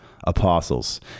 apostles